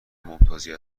ممتازی